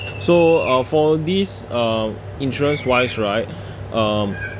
so uh for this uh insurance-wise right um